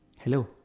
hello